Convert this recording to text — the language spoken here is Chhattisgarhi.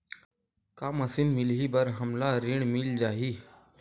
का मशीन मिलही बर हमला ऋण मिल जाही?